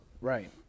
Right